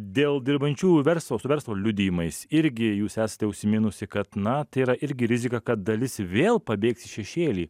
dėl dirbančiųjų verslo su verslo liudijimais irgi jūs esate užsiminusi kad na tai yra irgi rizika kad dalis vėl pabėgs į šešėlį